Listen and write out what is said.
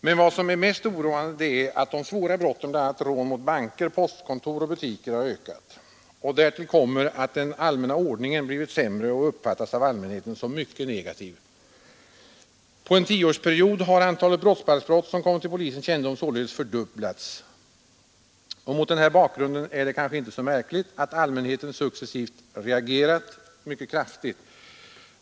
Det mest oroande är att de svåra brotten, bl.a. rån mot banker, postkontor och butiker, har ökat. Därtill kommer att den allmänna ordningen blivit sämre och uppfattas av allmänheten som mycket negativ. På en tioårsperiod har antalet brottsbalksbrott, som kommit till polisens kännedom, således fördubblats. Mot denna bakgrund är det kanske inte så märkligt att allmänheten successivt reagerar mycket kraftigt.